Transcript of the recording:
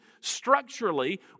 structurally